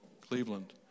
Cleveland